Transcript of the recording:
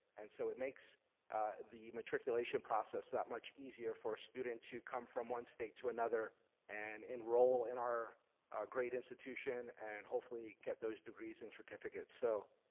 and so it makes the matriculation process that much easier for a student to come from one state to another and enroll in our our great institution. and hopefully get those degrees and certificates. so,